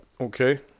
Okay